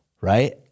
Right